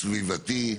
סביבתי,